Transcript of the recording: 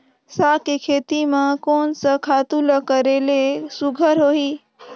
साग के खेती म कोन स खातु ल करेले सुघ्घर होही?